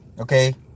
Okay